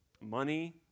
Money